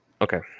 Okay